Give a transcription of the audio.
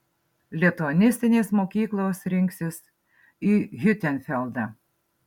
lituanistinės mokyklos rinksis į hiutenfeldą